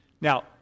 now